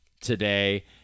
today